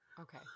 Okay